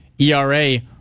ERA